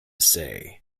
say